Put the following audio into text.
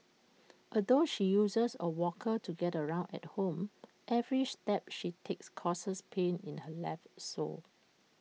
although she uses A walker to get around at home every step she takes causes pain in her left sole